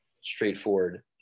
straightforward